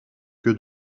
que